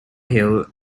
hill